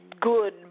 good